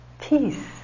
peace